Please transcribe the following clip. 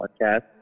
podcast